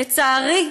לצערי,